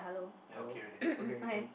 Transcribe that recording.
hello okay can